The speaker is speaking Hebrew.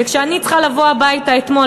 וכשאני צריכה לבוא הביתה אתמול,